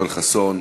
יואל חסון?